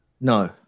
No